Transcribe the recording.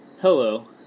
Hello